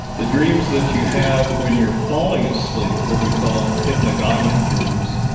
the dreams that you have when you're falling asleep, what we call hypnagogic dreams,